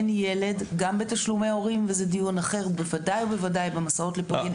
גם בתשלומי הורים וזה דיון אחר בוודאי במסעות לפולין,